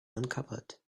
uncovered